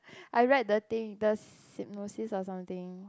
I read the thing the synopsis or something